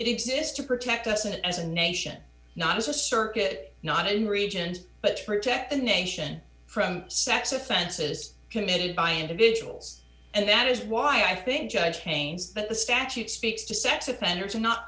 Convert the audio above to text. it exists to protect us and as a nation not as a circuit not in regions but to protect the nation from sex offenses committed by individuals and that is why i think judge kane's that the statute speaks to sex offenders are not